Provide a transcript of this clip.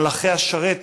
מלאכי השרת,